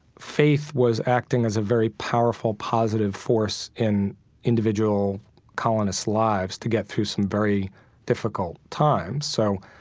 faith was acting as a very powerful positive force in individual colonists' lives to get through some very difficult times. so,